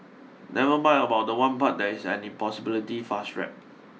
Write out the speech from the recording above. never mind about the one part that is an impossibility fast rap